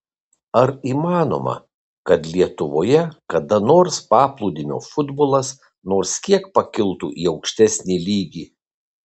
ar įmanoma kad lietuvoje kada nors paplūdimio futbolas nors kiek pakiltų į aukštesnį lygį